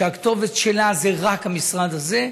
והכתובת היא רק המשרד הזה,